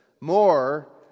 more